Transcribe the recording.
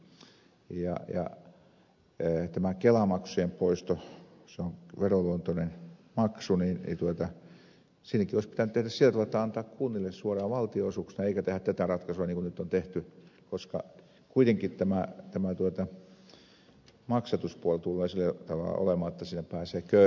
kun tämä kelamaksujen poisto on veroluontoinen maksu niin siinäkin olisi pitänyt tehdä sillä tavalla että antaa tämä kunnille suoraan valtionosuuksina eikä tehdä tätä ratkaisua niin kuin nyt on tehty koska kuitenkin tämä maksatuspuoli tulee sillä tavalla olemaan jotta siinä pääsevät köyhemmätkin nyt maksamaan osansa